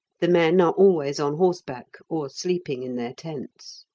the men are always on horseback, or sleeping in their tents.